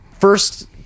first